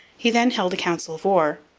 he then held a council of war,